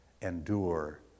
endure